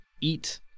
eat